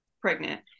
pregnant